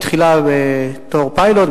בתחילה בתור פיילוט,